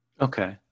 Okay